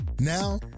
Now